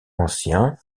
ancien